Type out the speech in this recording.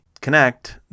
connect